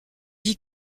dis